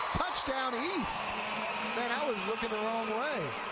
touchdown east. man, i was looking the wrong way.